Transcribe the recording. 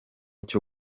cyo